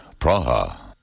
Praha